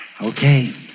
Okay